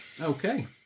Okay